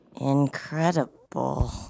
incredible